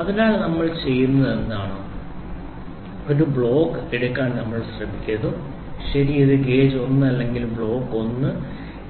അതിനാൽ നമ്മൾ ചെയ്യുന്നത് എന്താണ് ഒരു ബ്ലോക്ക് എടുക്കാൻ നമ്മൾ ശ്രമിക്കുന്നു ശരി ഇത് ഗേജ് 1 അല്ലെങ്കിൽ ഒരു ബ്ലോക്ക് 1